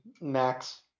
Max